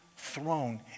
Throne